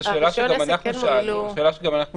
זו שאלה שגם אנחנו שאלנו.